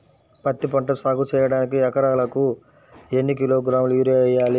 పత్తిపంట సాగు చేయడానికి ఎకరాలకు ఎన్ని కిలోగ్రాముల యూరియా వేయాలి?